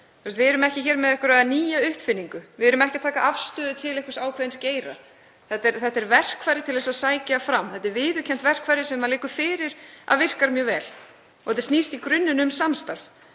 Við erum ekki með einhverja nýja uppfinningu. Við erum ekki að taka afstöðu til einhvers ákveðins geira. Þetta er verkfæri til að sækja fram. Þetta er viðurkennt verkfæri sem liggur fyrir að virkar mjög vel og þetta snýst í grunninn um samstarf.